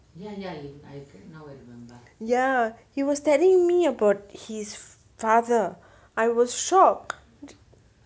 ya he was telling me about his father I was shock